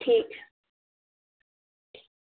ठीक ऐ